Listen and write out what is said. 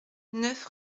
neuf